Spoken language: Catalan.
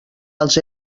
als